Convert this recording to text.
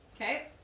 Okay